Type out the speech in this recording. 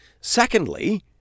Secondly